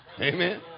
Amen